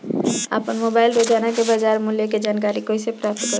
आपन मोबाइल रोजना के बाजार मुल्य के जानकारी कइसे प्राप्त करी?